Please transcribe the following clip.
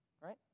Right